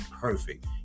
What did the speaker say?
perfect